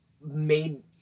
made